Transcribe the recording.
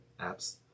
apps